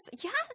Yes